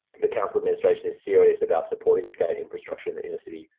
the council administration is serious about supporting skate infrastructure in the inner city.